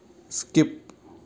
skip